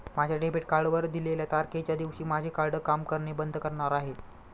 माझ्या डेबिट कार्डवर दिलेल्या तारखेच्या दिवशी माझे कार्ड काम करणे बंद करणार आहे